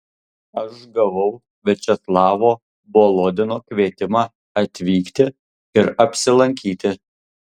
aš gavau viačeslavo volodino kvietimą atvykti ir apsilankyti